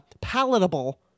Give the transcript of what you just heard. palatable